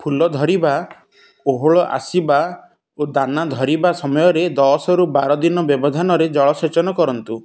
ଫୁଲ ଧରିବା ଓହଳ ଆସିବା ଓ ଦାନା ଧରିବା ସମୟରେ ଦଶରୁ ବାର ଦିନ ବ୍ୟବଧାନରେ ଜଳସେଚନ କରନ୍ତୁ